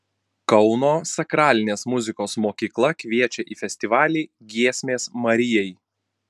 kauno sakralinės muzikos mokykla kviečia į festivalį giesmės marijai